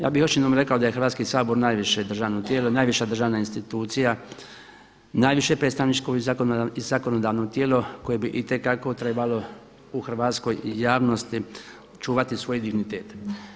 Ja bih još jednom rekao da je Hrvatski sabor najviše državno tijelo i najviša državna institucija, najviše predstavničko i zakonodavno tijelo koje bi itekako trebalo u hrvatskoj javnosti čuvati svoj dignitet.